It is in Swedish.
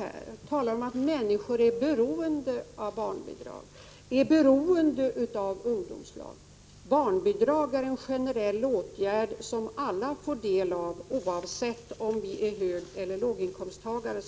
Hon talade om att människor är beroende av barnbidrag och ungdomslag. Barnbidrag är, som bekant, en generell åtgärd, som alla får del av, oavsett om de är högeller låginkomsttagare.